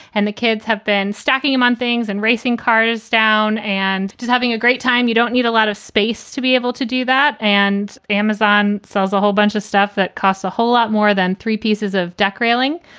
and the kids have been stacking them on things and racing cars down and just having a great time. you don't need a lot of space to be able to do that. and amazon sells a whole bunch of stuff that costs a whole lot more than three pieces of deck railing.